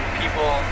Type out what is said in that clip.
people